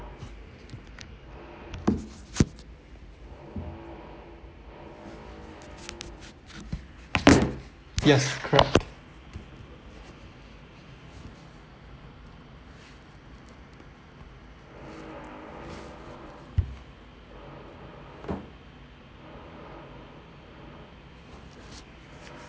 yes correct